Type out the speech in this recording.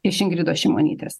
iš ingridos šimonytės